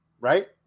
right